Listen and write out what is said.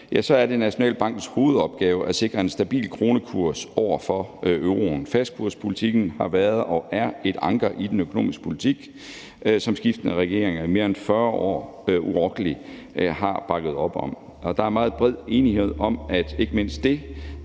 er det Nationalbankens hovedopgave at sikre en stabil kronekurs over for euroen. Fastkurspolitikken har været og er et anker i den økonomiske politik, som skiftende regeringer i mere end 40 år urokkeligt har bakket op om. Der er meget bred enighed om, at ikke mindst lige